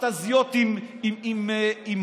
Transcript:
מכתז"יות עם בואש.